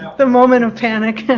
the moment of panic. and